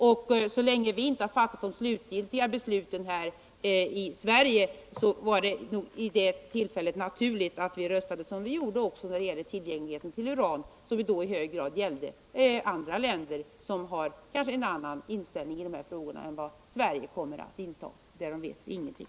Eftersom vi inte har fattat de slutgiltiga besluten här i Sverige var det naturligt att vi vid det tillfället röstade som vi gjorde också beträffande tillgängligheten av uran, vilket då i hög grad gällde andra länder, som kanske har en annan inställning i de här frågorna än Sverige kommer att inta. Därom vet vi ingenting.